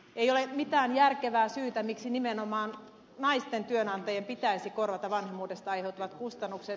ei ole mitään järkevää syytä miksi nimenomaan naisten työnantajien pitäisi korvata vanhemmuudesta aiheutuvat kustannukset